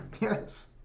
Yes